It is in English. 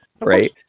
right